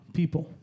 people